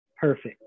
perfect